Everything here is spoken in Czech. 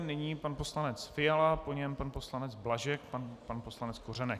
Nyní pan poslanec Fiala, po něm pan poslanec Blažek a pan poslanec Kořenek.